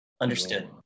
understood